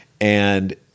and-